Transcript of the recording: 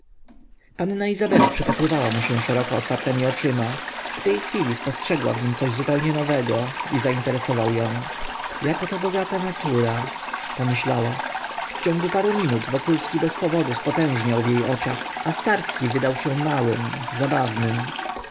panna izabela przypatrywała mu się szeroko otwartemi oczyma w tej chwili spostrzegła w nim coś zupełnie nowego i zainteresował ją jaka to bogata natura pomyślała w ciągu paru minut wokulski bez powodu spotężniał w jej oczach a starski wydał się małym zabawnym